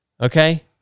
Okay